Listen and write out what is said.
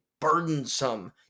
burdensome